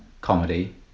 comedy